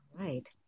right